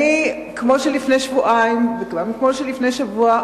כמו לפני שבועיים וכמו לפני שבוע,